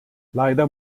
leider